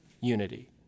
unity